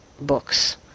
books